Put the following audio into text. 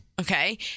Okay